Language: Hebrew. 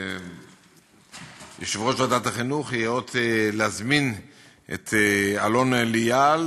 ויושב-ראש ועדת החינוך ייאות להזמין את אלון ליאל